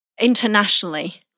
internationally